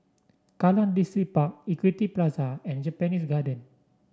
Kallang Distripark Equity Plaza and Japanese Garden